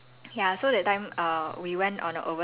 okay wait can I tell you a story about baguette